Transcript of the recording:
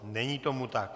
Není tomu tak.